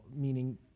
meaning